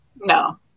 No